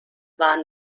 waren